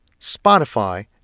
Spotify